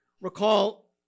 Recall